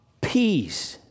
peace